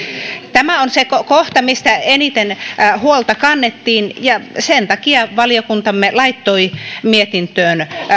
tämä on se kohta mistä eniten huolta kannettiin ja sen takia valiokuntamme laittoi mietintöön